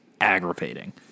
aggravating